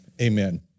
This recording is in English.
amen